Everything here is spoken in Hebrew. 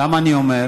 למה אני אומר?